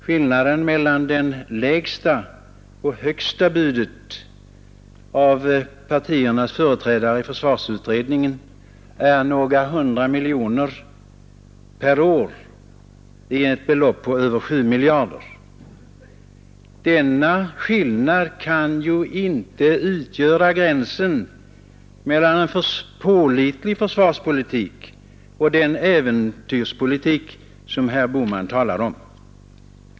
Skillnaden mellan det lägsta och det högsta budet från partiernas företrädare i försvarsutredningen är några hundra miljoner per år i ett belopp på över sju miljarder. Denna skillnad kan ju inte utgöra gränsen mellan en pålitlig försvarspolitik och den äventyrspolitik som herr Bohman talar om.